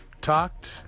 talked